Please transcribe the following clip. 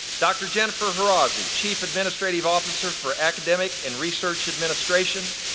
dr. jennifer herazy, chief administrative officer for academic and research administration,